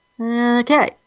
Okay